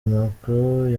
macron